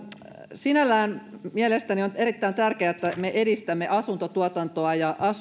sinällään mielestäni on erittäin tärkeää että me edistämme asuntotuotantoa ja